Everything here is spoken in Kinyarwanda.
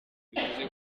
bivuze